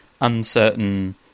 uncertain